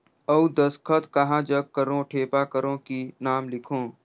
अउ दस्खत कहा जग करो ठेपा करो कि नाम लिखो?